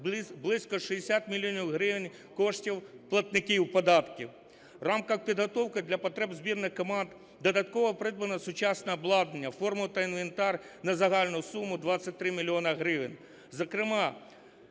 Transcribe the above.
близько 60 мільйонів гривень коштів платників податків. В рамках підготовки для потреб збірних команд додатково придбано сучасне обладнання, форма та інвентар на загальну суму 23 мільйони гривень. Зокрема,